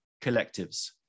collectives